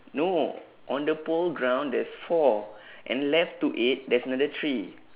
no on the pole ground there's four and left to it there's another three